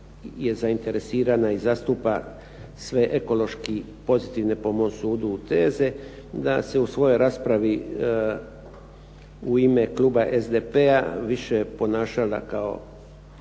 je zainteresirana i zastupa sve ekološki pozitivne, po mom sudu, teze da se u svojoj raspravi u ime kluba SDP-a više ponašala kao